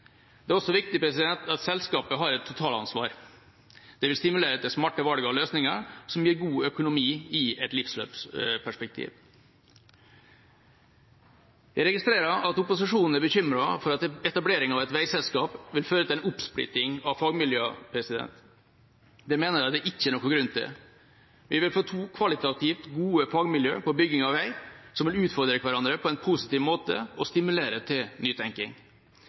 Det er også viktig at selskapet har et totalansvar. Det vil stimulere til smarte valg av løsninger, som gir god økonomi i et livsløpsperspektiv. Jeg registrerer at opposisjonen er bekymret for at etablering av et veiselskap vil føre til en oppsplitting av fagmiljøene. Det mener jeg det ikke er noen grunn til. Vi vil få to kvalitativt gode fagmiljø på bygging av vei som vil utfordre hverandre på en positiv måte og stimulere til